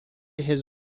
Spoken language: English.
his